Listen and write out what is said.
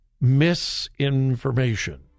misinformation